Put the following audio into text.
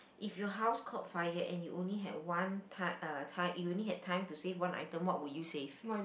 if your house caught fire and you only had one ti~ uh ti~ if you only had time to save one item what would you save